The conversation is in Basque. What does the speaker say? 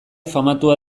famatua